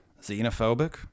Xenophobic